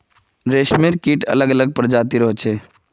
रेशमेर कीट अलग अलग प्रजातिर होचे